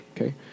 okay